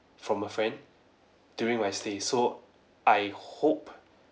from a friend during my stay so I hope